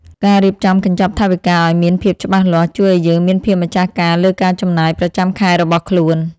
ការរៀបចំកញ្ចប់ថវិកាឱ្យមានភាពច្បាស់លាស់ ជួយឱ្យយើងមានភាពម្ចាស់ការលើការចំណាយប្រចាំខែរបស់ខ្លួន។